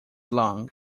long